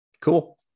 Cool